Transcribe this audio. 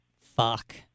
fuck